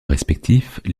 respectifs